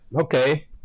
Okay